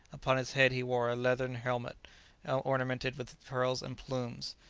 upon his head he wore a leathern helmet ornamented with pearls and plumes,